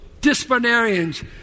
disciplinarians